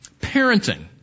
Parenting